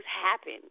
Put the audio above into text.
happen